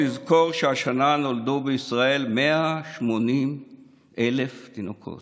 לזכור שהשנה נולדו בישראל 180,000 תינוקות.